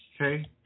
okay